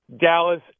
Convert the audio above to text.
Dallas